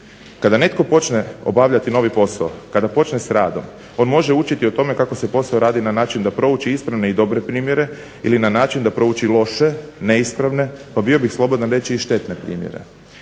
Kada netko počne obavljati novi posao, kada počne s radom on može učiti o tome kako se posao radi na način da prouči ispravne i dobre primjere ili na način da prouči loše, neispravne pa bio bih slobodan reći i štetne primjere.